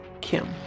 Kim